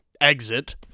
Exit